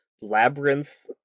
labyrinth